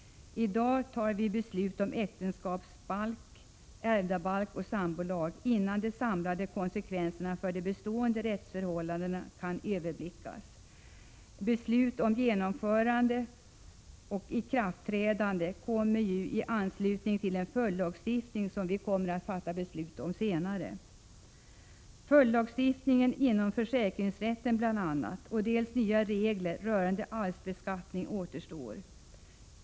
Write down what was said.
I dag fattar vi beslut om äktenskapsbalk, ärvdabalk och sambolag, innan de samlade konsekvenserna för de bestående rättsförhållandena kan överblickas. Beslut om genomförande och ikraftträdande kommer i anslutning till den följdlagstiftning som vi kommer att fatta beslut om senare. Följdlagstiftning inom bl.a. försäkringsrätten och nya regler rörande arvsbeskattning återstår.